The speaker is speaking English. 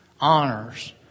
honors